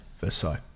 Versailles